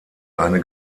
eine